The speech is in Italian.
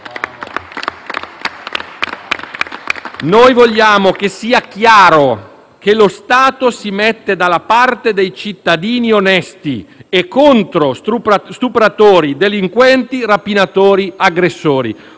Noi vogliamo che sia chiaro che lo Stato si mette dalla parte dei cittadini onesti e contro stupratori, delinquenti, rapinatori e aggressori.